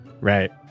right